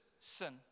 sin